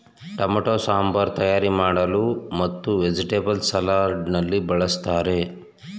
tomato sambar ತಯಾರಿ ಮಾಡಲು ಮತ್ತು ವೆಜಿಟೇಬಲ್ಸ್ ಸಲಾಡ್ ನಲ್ಲಿ ಬಳ್ಸತ್ತರೆ